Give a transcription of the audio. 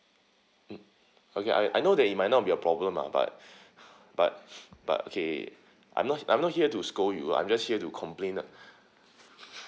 mm okay I I know that it might not be your problem lah but but but okay I'm not I'm not here to scold you I'm just here to complain